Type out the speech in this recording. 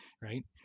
right